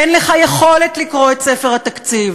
אין לך יכולת לקרוא את ספר התקציב,